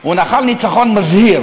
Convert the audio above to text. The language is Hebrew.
הוא נחל ניצחון מזהיר.